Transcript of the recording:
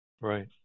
Right